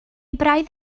braidd